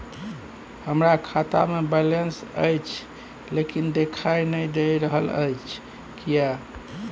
हमरा खाता में बैलेंस अएछ लेकिन देखाई नय दे रहल अएछ, किये?